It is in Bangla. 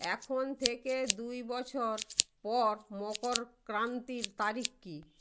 এখন থেকে দুই বছর পর মকরক্রান্তির তারিখ কী